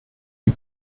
die